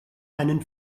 einen